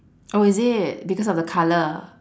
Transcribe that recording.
oh is it because of the colour